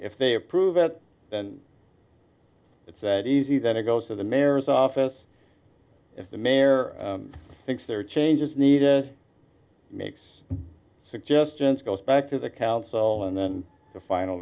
if they approve it then it's that easy then it goes to the mayor's office if the mayor thinks there are changes needed makes suggestions goes back to the council and then the final